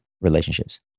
relationships